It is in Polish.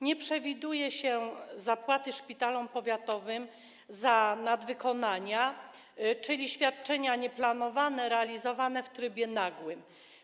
Nie przewiduje się zapłaty szpitalom powiatowym za nadwykonania, czyli świadczenia nieplanowane realizowane w trybie nagłym.